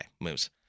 moves